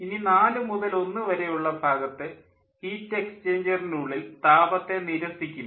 ഇനി നാലു മുതൽ ഒന്നു വരെ ഉള്ള ഭാഗത്ത് ഹീറ്റ് എക്സ്ചേഞ്ചറിനുള്ളിൽ താപത്തെ നിരസിക്കുന്നു